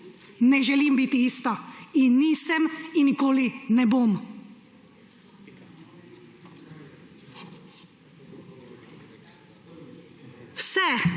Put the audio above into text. Ne želim biti ista in nisem in nikoli ne bom. Vse,